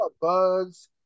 bugs